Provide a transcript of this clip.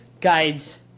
guides